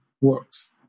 works